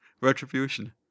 Retribution